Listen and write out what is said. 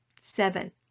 Seven